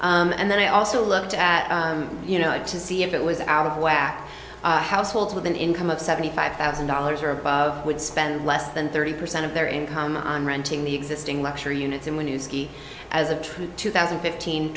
correct and then i also looked at you know to see if it was out of whack households with an income of seventy five thousand dollars or above would spend less than thirty percent of their income on renting the existing luxury units and when you ski as a two thousand and fifteen